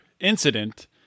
incident